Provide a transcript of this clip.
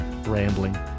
rambling